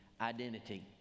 identity